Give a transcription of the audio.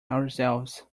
ourselves